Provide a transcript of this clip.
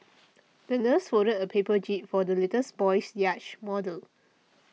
the nurse folded a paper jib for the litters boy's yacht model